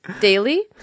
daily